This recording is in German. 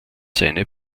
seine